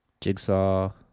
Jigsaw